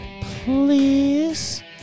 Please